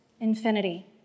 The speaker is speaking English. infinity